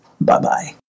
Bye-bye